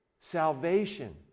Salvation